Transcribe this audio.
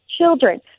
children